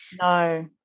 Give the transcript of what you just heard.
no